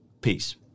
peace